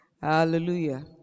Hallelujah